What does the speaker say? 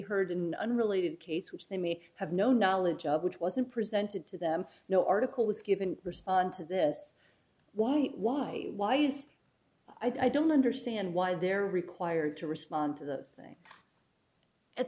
heard in unrelated case which they may have no knowledge of which wasn't presented to them no article was given respond to this why why why yes i don't understand why they're required to respond to those things at